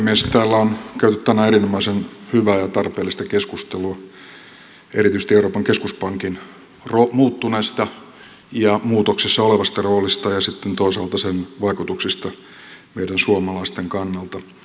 täällä on käyty tänään erinomaisen hyvää ja tarpeellista keskustelua erityisesti euroopan keskuspankin muuttuneesta ja muutoksessa olevasta roolista ja sitten toisaalta sen vaikutuksista meidän suomalaisten kannalta